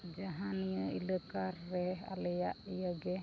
ᱡᱟᱦᱟᱸ ᱱᱤᱭᱟᱹ ᱤᱞᱟᱹᱠᱟ ᱨᱮ ᱟᱞᱮᱭᱟᱜ ᱤᱭᱟᱹ ᱜᱮ